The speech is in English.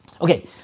Okay